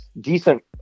Decent